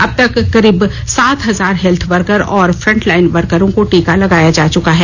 अब तक करीब सात हजार हेल्थ वर्कर और फ्रंटलाइन वर्करों को टीका लगाया जा चुका है